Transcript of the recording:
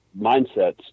mindsets